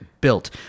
built